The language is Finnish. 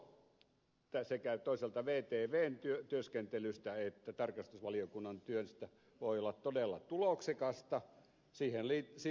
toisaalta myöskin sekä vtvn työskentely että tarkastusvaliokunnan työ voivat olla todella tuloksekkaita